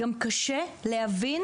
גם קשה להבין.